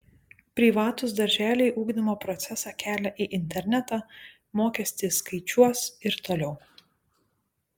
privatūs darželiai ugdymo procesą kelia į internetą mokestį skaičiuos ir toliau